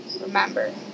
remember